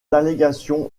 allégations